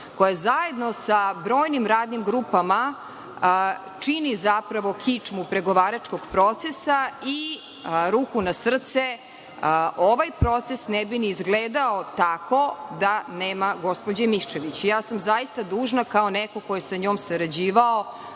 koja zajedno sa brojnim radnim grupama čini zapravo kičmu pregovaračkog procesa. Ruku na srce ovaj proces ne bi ni izgledao tako da nema gospođe Miščević. Zaista sam dužna kao neko ko je sa njom sarađivao